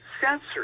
censor